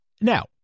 Now